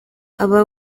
aba